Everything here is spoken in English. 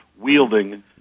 wielding